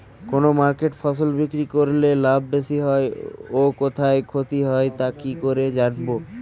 কোন মার্কেটে ফসল বিক্রি করলে লাভ বেশি হয় ও কোথায় ক্ষতি হয় তা কি করে জানবো?